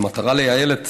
במטרה לייעל את